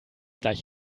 gleich